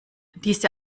diese